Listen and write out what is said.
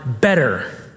better